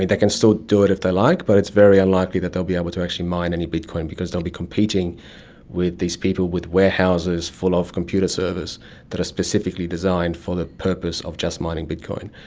they can still do it if they like but it's very unlikely that they will be able to actually mine any bitcoin because they will be competing with these people with warehouses full of computer servers that are specifically designed for the purpose of just mining bitcoin.